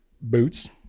boots